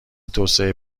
توسعه